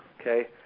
okay